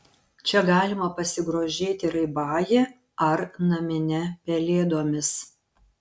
čia galima pasigrožėti raibąja ar namine pelėdomis